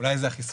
אולי זה החיסון.